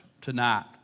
tonight